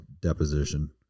deposition